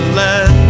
let